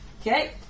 Okay